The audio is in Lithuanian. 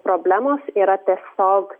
problemos yra tiesiog